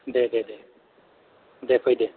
दे दे दे दे फै दे